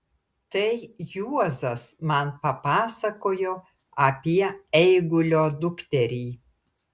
tai juozas man papasakojo apie eigulio dukterį